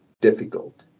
difficult